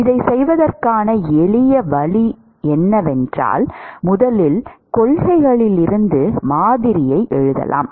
இதைச் செய்வதற்கான எளிய வழி ஒருவர் முதல் கொள்கைகளிலிருந்து மாதிரியை எழுதலாம்